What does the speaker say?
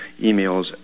emails